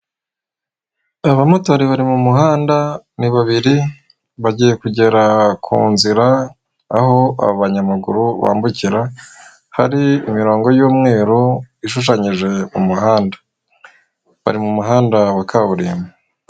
Abamotari bari mu muhanda ni babiri, bagiye kugera ku nzira aho abanyamaguru bambukira hari imirongo y'umweru ishushanyije umuhanda. Bari mu muhanda wa kaburimbo.